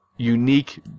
Unique